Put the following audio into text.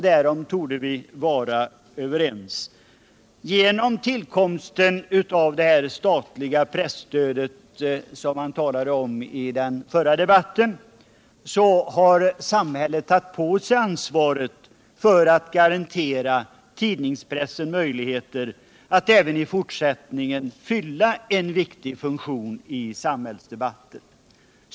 Därom torde vi vara överens. Genom tillkomsten av det statliga presstödet, som vi talade om i den förra debatten, har samhället tagit på sig ansvaret för att garantera pressen möjligheter att även i fortsättningen fylla en viktig funktion i samhällsdebatten.